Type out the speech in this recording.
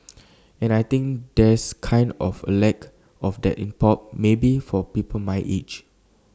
and I think there's kind of A lack of that in pop maybe for people my age